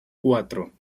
cuatro